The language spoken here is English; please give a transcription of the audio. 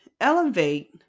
elevate